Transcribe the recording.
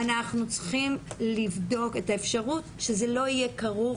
ואנחנו צריכים לבדוק את האפשרות שזה לא יהיה כרוך